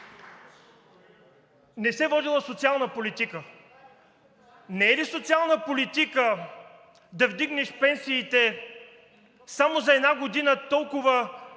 Не се водела социална политика?! Не е ли социална политика да вдигнеш пенсиите само за една година с толкова